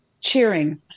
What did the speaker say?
cheering